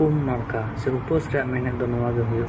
ᱩᱢ ᱱᱟᱲᱠᱟ ᱥᱮ ᱩᱯᱟᱹᱥ ᱨᱮᱭᱟᱜ ᱢᱮᱱᱮᱫ ᱫᱚ ᱱᱚᱣᱟ ᱜᱮ ᱦᱩᱭᱩᱜ ᱠᱟᱱᱟ